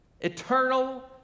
eternal